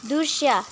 दृश्य